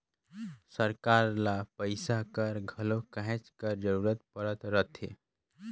सरकार ल पइसा कर घलो कहेच कर जरूरत परत रहथे